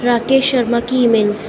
راکیش شرما کی e mails